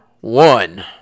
one